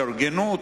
על התארגנות,